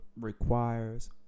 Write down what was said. requires